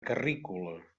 carrícola